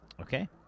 Okay